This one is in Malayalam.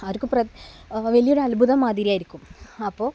അവര്ക്ക് വലിയൊരു അത്ഭുതം മാതിരിയായിരിക്കും അപ്പോള്